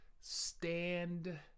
stand